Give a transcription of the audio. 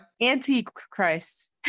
anti-christ